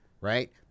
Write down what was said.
right